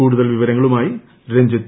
കൂടുതൽ വിവരങ്ങളുമായി രഞ്ജിത്ത്